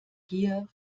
gier